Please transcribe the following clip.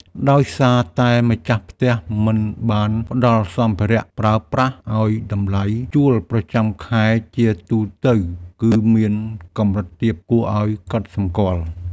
ដោយសារតែម្ចាស់ផ្ទះមិនបានផ្តល់សម្ភារៈប្រើប្រាស់ឱ្យតម្លៃជួលប្រចាំខែជាទូទៅគឺមានកម្រិតទាបគួរឱ្យកត់សម្គាល់។